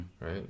Right